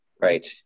right